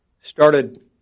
started